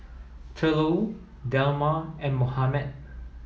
Thurlow Delma and Mohamed